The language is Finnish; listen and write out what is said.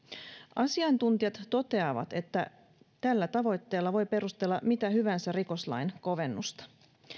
asiantuntijat toteavat että tällä tavoitteella voi perustella mitä hyvänsä rikoslain kovennusta